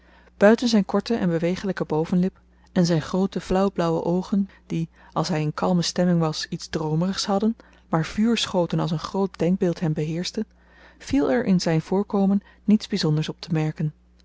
buiten zyn korte en bewegelyke bovenlip en zyn groote flauw blauwe oogen die als hy in kalme stemming was iets droomerigs hadden maar vuur schoten als een groot denkbeeld hem beheerschte viel er in zyn voorkomen niets byzonders optemerken zyn